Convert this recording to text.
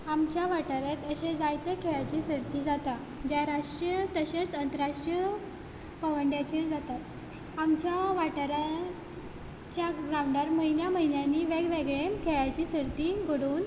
आमच्या वाठारांत अशें जायते खेळांची सर्ती जाता जे राष्ट्रीय अशेंच आंतराष्ट्रीय पांवड्याचेर जातात आमच्या वाठाराच्या ग्रावंडार म्हयन्या म्हयन्यांनी वेग वेगळे खेळाची सर्ती घडोवन